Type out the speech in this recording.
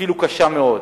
אפילו קשה מאוד,